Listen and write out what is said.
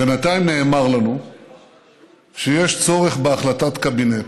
בינתיים נאמר לנו שיש צורך בהחלטת קבינט